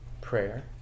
Prayer